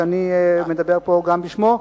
שאני מדבר פה גם בשמו,